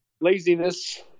Laziness